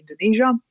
Indonesia